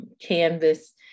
canvas